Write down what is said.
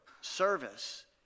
service